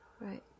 Right